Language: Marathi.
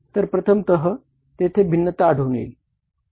तर प्रथमतः तेथे भिन्नता आढळून येईल